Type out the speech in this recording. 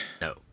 No